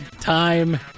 Time